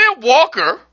Walker